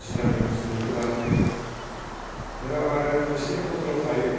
जि नांगौ बस्थु बेखौ लानो हायो नङाबा आरो खायसे हटेलाव थायो